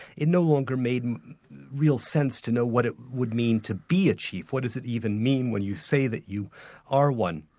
it no longer made real sense to know what it would mean to be a chief. what does it even mean when you say that you are one?